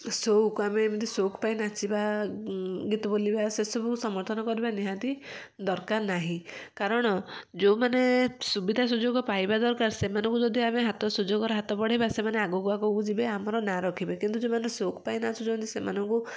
ସଉକ ଆମେ ଏମିତି ସଉକ ପାଇଁ ନାଚିବା ଗୀତ ବୋଲିବା ସେସବୁ ସମର୍ଥନ କରିବା ନିହାତି ଦରକାର ନାହିଁ କାରଣ ଯେଉଁମାନେ ସୁବିଧା ସୁଯୋଗ ପାଇବା ଦରକାର ସେମାନଙ୍କୁ ଯଦି ଆମେ ହାତ ସୁଯୋଗର ହାତ ବଢ଼ାଇବା ସେମାନେ ଆଗକୁ ଆଗକୁ ଯିବେ ଆମର ନାଁ ରଖିବେ କିନ୍ତୁ ଯେଉଁମାନେ ସଉକ ପାଇଁ ନାଚୁଛନ୍ତି ସେମାନଙ୍କୁ